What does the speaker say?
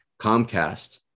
Comcast